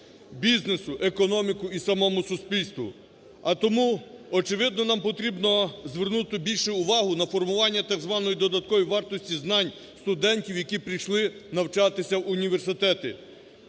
бізнесу, економіку і самому суспільству. А тому, очевидно, нам потрібно звернути більше уваги на формування, так званої, додаткової вартості знань студентів, які прийшли навчатися в університети,